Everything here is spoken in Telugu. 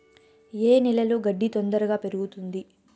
ఏ నేలలో గడ్డి తొందరగా పెరుగుతుంది